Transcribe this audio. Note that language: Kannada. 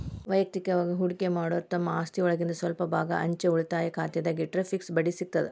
ವಯಕ್ತಿಕವಾಗಿ ಹೂಡಕಿ ಮಾಡೋರು ತಮ್ಮ ಆಸ್ತಿಒಳಗಿಂದ್ ಸ್ವಲ್ಪ ಭಾಗಾನ ಅಂಚೆ ಉಳಿತಾಯ ಖಾತೆದಾಗ ಇಟ್ಟರ ಫಿಕ್ಸ್ ಬಡ್ಡಿ ಸಿಗತದ